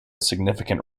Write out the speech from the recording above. significant